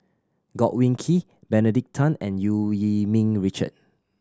Godwin Koay Benedict Tan and Eu Yee Ming Richard